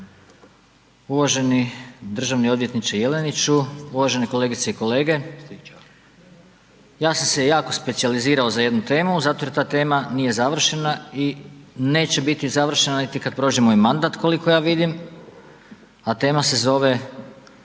uvaženi državni odvjetniče Jeleniću, uvažene kolegice i kolege. Ja sam se jako specijalizirao za jednu temu, zato jer ta tema nije završena i neće biti završena niti kad prođe moj mandat, koliko ja vidim, a tema se zove